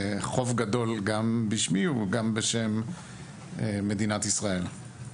חוב גדול גם בשמי וגם בשם מדינת ישראל.